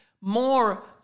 more